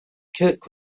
cook